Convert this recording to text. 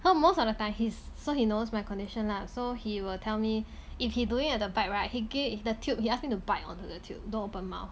so most of the time he's so he knows my condition lah so he will tell me if he doing at the back right he gi~ the tube he ask me to bite onto the tube don't open mouth